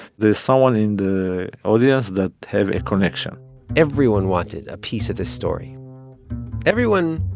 there's someone in the audience that have a connection everyone wanted a piece of this story everyone,